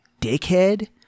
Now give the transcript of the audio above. dickhead